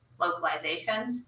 localizations